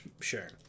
sure